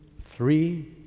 three